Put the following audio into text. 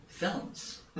films